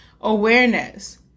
awareness